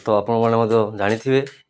ତ ଆପଣମାନେ ମଧ୍ୟ ଜାଣିଥିବେ